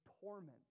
torment